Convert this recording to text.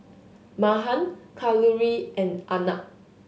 Mahan Kalluri and Arnab